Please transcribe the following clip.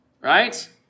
right